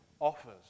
offers